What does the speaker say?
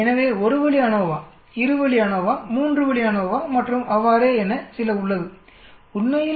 எனவே ஒரு வழி அநோவா இரு வழி அநோவா மூன்று வழி அநோவா மற்றும் அவ்வாறே என சில உள்ளது உண்மையில்